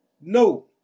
No